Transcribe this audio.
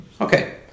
Okay